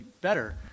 better